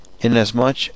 inasmuch